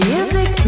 Music